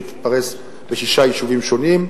שתתפרס לשישה יישובים שונים,